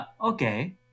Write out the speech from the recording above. Okay